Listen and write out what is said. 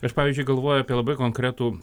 aš pavyzdžiui galvoju apie labai konkretų